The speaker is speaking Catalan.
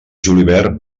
julivert